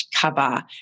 cover